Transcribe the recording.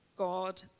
God